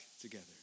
together